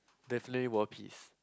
definitely world peace